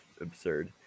absurd